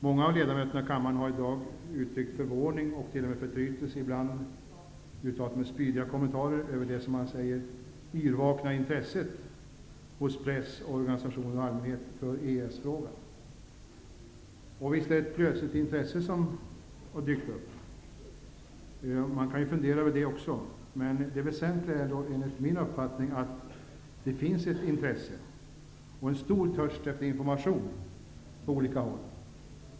Många av ledamöterna i kammaren har i dag uttryckt förvåning och t.o.m. förtrytelse -- ibland uttalat med spydiga kommentarer -- över det som man säger yrvakna intresset för EES-frågan hos press, organisationer och allmänhet. Visst är det ett plötsligt intresse som har dykt upp. Man kan fundera över det också. Men det väsentliga är, enligt min uppfattning, att det finns ett intresse och en stor törst efter information på olika håll.